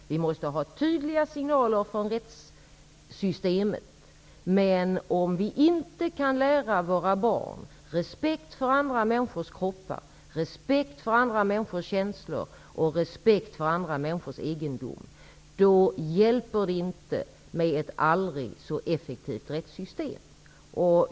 Vi måste ha tydliga signaler från rättssystemet. Om vi inte kan lära våra barn respekt för andra människors kroppar, respekt för andra människors känslor och respekt för andra människors egendom hjälper det inte med ett aldrig så effektivt rättssystem.